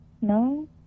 no